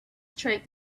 streak